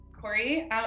Corey